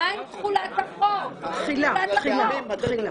שנה תחילה אני נותן.